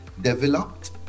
developed